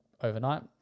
overnight